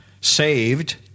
saved